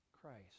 christ